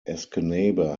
escanaba